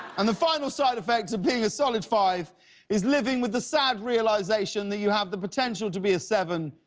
and the final side effect to being a solid five is living with the sad realization that you have the potential to be a seven,